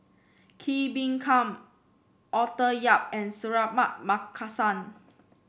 Kee Bee Khim Arthur Yap and Suratman Markasan